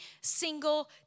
single